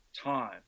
time